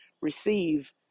receive